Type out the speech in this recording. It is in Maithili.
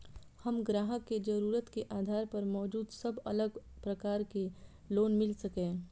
हम ग्राहक के जरुरत के आधार पर मौजूद सब अलग प्रकार के लोन मिल सकये?